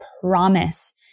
promise